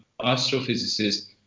astrophysicist